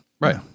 Right